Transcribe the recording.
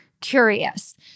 curious